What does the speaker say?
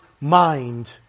mind